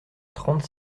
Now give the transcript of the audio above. trente